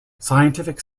scientific